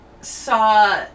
saw